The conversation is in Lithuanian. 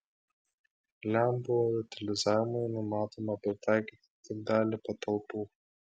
lempų utilizavimui numatoma pritaikyti tik dalį patalpų